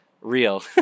real